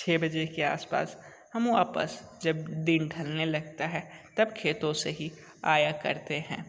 छः बजे के आसपास हम वापस जब दिन ढलने लगता हैं तो खेतों से ही आया करते हैं